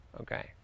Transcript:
Okay